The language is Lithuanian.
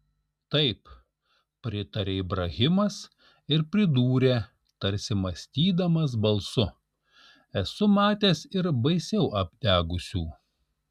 taip pritarė ibrahimas ir pridūrė tarsi mąstydamas balsu esu matęs ir baisiau apdegusių